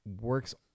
works